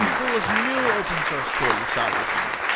and coolest new open-source tool you saw recently?